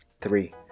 Three